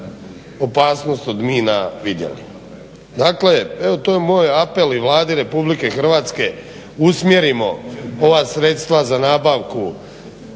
opasnost od mina vidjeli. Dakle evo to je moj apel i Vladi Republike Hrvatske, usmjerimo ova sredstva za nabavku